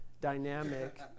dynamic